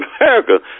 America